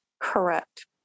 Correct